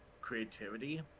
creativity